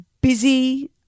busy